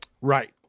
Right